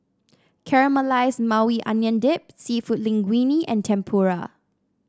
Caramelized Maui Onion Dip seafood Linguine and Tempura